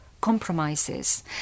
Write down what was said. compromises